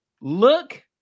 Look